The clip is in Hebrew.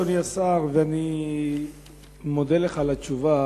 אדוני השר, אני מודה לך על התשובה.